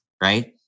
Right